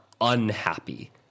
unhappy